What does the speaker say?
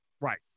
Right